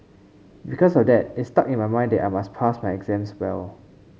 because of that it stuck in my mind that I must pass my exams well